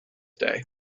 day